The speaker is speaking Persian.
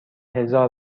هزار